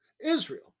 Israel